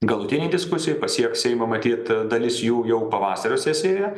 galutinėj diskusijoj pasieks seimą matyt dalis jų jau pavasario sesijoje